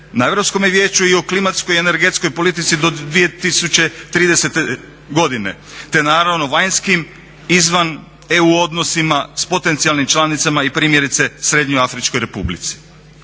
na Europskome vijeću i o klimatskoj i energetskoj politici do 2030. godine, te naravno vanjskim izvan eu odnosima s potencijalnim članicama i primjerice srednjoafričkoj Republici.